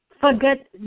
Forget